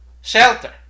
shelter